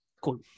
Cool